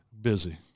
Busy